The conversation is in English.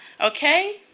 Okay